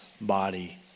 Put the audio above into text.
Body